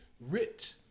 rich